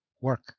work